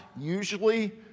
usually